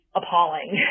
appalling